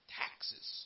taxes